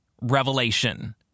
revelation